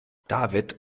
david